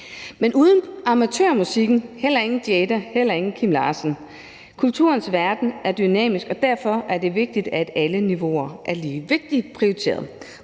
Men uden amatørmusikken, heller ingen Jada og heller ingen Kim Larsen. Kulturens verden er dynamisk, og derfor er det vigtigt, at alle niveauer er lige vigtigt prioriteret,